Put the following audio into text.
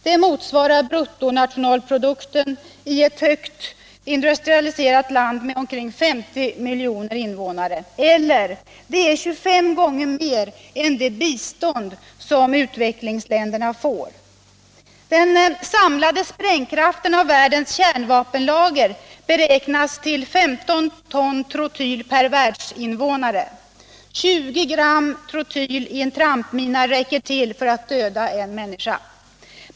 Det motsvarar bruttonationalprodukten i ett högindustrialiserat land med omkring 50 miljoner invånare. Eller det är 25 gånger mer än det bistånd som utvecklingsländerna får. Den samlade sprängkraften av världens kärnvapenlager beräknas till 15 ton per världsinvånare. 20 gram trotyl i en trampmina räcker till för att döda en människa.